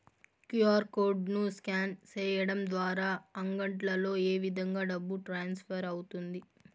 QR code ను scan సేయడం ద్వారా అంగడ్లలో ఏ విధంగా డబ్బు ట్రాన్స్ఫర్ అవుతుంది